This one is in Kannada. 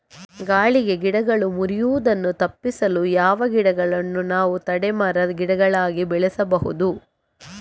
ಗಾಳಿಗೆ ಗಿಡಗಳು ಮುರಿಯುದನ್ನು ತಪಿಸಲು ಯಾವ ಗಿಡಗಳನ್ನು ನಾವು ತಡೆ ಮರ, ಗಿಡಗಳಾಗಿ ಬೆಳಸಬಹುದು?